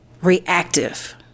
reactive